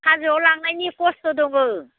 हाजोआव लांनायनि खस्थ' दङो